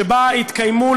שבה התקיימו,